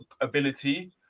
ability